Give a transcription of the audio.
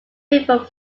river